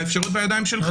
האפשרות בידיים שלך?